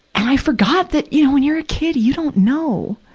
i forgot that, you know, when you're a kid, you don't know.